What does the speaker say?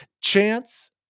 chance